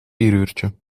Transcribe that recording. vieruurtje